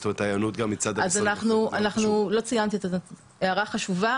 זאת אומרת ההיענות גם מצד- -- לא ציינתי את ההערה החשובה,